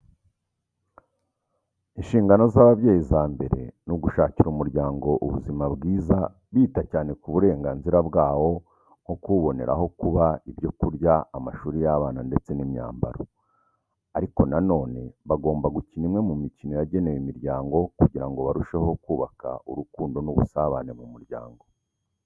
Inshingano z'ababyeyi za mbere ni ugushakira umuryango ubuzima bwiza wita cyane ku burenganzira bwawo nko kuwubonera aho kuba, ibyo kurya, amashuri y'abana ndetse n'imyambaro. Ariko na none bagomba gukina imwe mu mikino yagenewe imiryango kugira ngo barusheho kubaka urukundo n'ubusabane mu muryango.